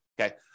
okay